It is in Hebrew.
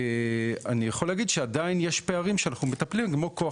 אני יכול להגיד שעדיין יש פערים שאנחנו מטפלים כמו כח